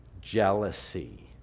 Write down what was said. jealousy